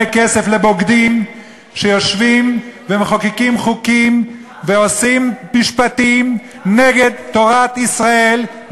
כסף לבוגדים שיושבים ומחוקקים חוקים ועושים משפטים נגד תורת ישראל,